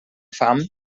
fam